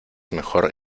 mejor